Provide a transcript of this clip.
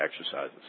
exercises